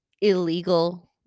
illegal